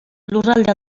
lurralde